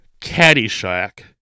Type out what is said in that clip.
Caddyshack